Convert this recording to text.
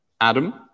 Adam